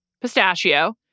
pistachio